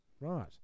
Right